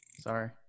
sorry